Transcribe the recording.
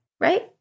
right